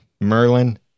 Merlin